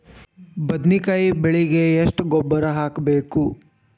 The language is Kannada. ಬದ್ನಿಕಾಯಿ ಬೆಳಿಗೆ ಎಷ್ಟ ಗೊಬ್ಬರ ಹಾಕ್ಬೇಕು?